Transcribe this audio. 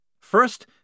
first